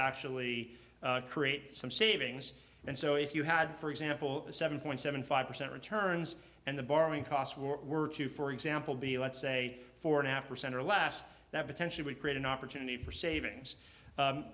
actually create some savings and so if you had for example a seven point seven five percent returns and the borrowing costs were to for example be let's say for an after center last that potentially create an opportunity for savings